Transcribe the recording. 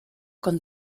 con